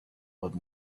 what